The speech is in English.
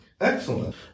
Excellent